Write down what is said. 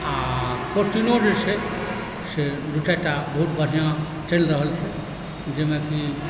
आओर कोचिंगो जे छै से दू चारिटा बहुत बढ़िआँ चलि रहल छै जाहिमे कि